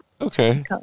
Okay